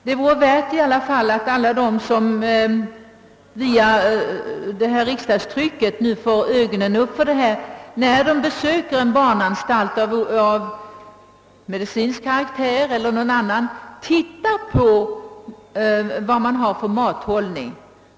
Det vore värdefullt om alla de, som via detta riksdagstryck får upp ögonen för problemen, ville — när de besöker barnanstalter av medicinsk eller annan karaktär — studera mathållningen.